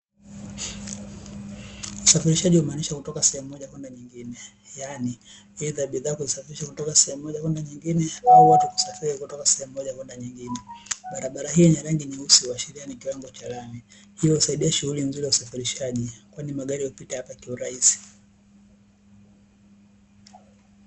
Usafirishaji humaanisha kutika sehemu moja kwenda nyingine, yaani eidha bidhaa kuzisafirisha kutoka sehemu moja kwenda nyingine au watu kusafiri kutoka sehemu moja kwenda nyingine. Barabara hiii yenye rangi nyeusi huadhiria ni kiwango cha lami, hii husaidia shughuli nzuri ya usafirishaji kwani magari hupita hapa kiurahisi.